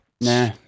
Nah